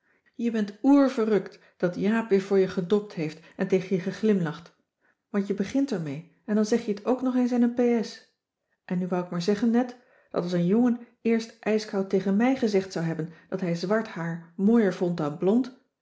je bent oer verrukt dat jaap weer voor je gedopt heeft en tegen je geglimlacht want je begint er mee en dan zeg ik je het ook nog eens in een p s en nu wou ik maar zeggen net dat als een jongen eerst ijskoud tegen mij gezegd zou hebben dat hij zwart haar mooier vond dan blond